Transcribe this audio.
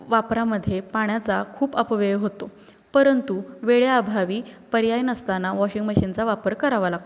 वापरामध्ये पाण्याचा खूप अपव्यय होतो परंतु वेळेअभावी पर्याय नसताना वॉशिंग मशीनचा वापर करावा लागतो